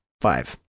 five